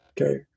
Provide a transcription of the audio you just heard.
Okay